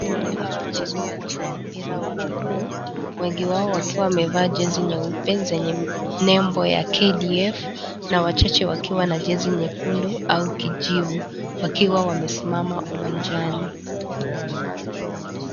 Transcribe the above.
Kundi la wachezaji wa mpira wa miguu, wengi wao wakiwa wamevaa jezi nyeupe zenye nembo ya KDF na wachache wakiwa na jezi nyekundu au kijivu wakiwa wamesimama uwanjani.